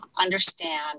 understand